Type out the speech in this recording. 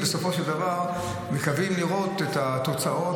ובסופו של דבר מקווים לראות את התוצאות.